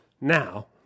Now